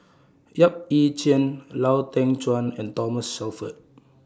Yap Ee Chian Lau Teng Chuan and Thomas Shelford